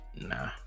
Nah